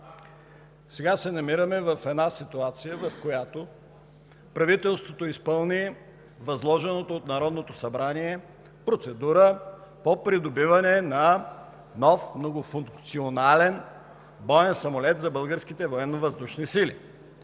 Сега се намираме в една ситуация, в която правителството изпълни възложената от Народното събрание процедура по придобиване на нов многофункционален боен самолет за българските Военновъздушни сили.